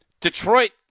Detroit